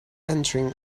entering